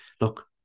Look